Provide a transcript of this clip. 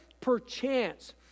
perchance